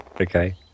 Okay